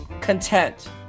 content